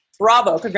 Bravo